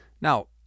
Now